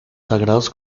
sagrados